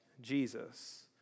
Jesus